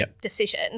decision